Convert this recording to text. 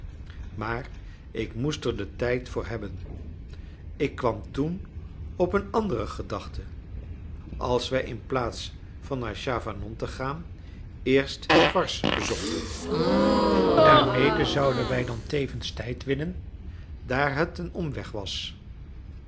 maar ik moest er den tijd voor hebben ik kwam toen op een andere gedachte als wij inplaats van naar chavanon te gaan eerst varses bezochten daarmede zouden wij dan tevens tijd winnen daar het een omweg was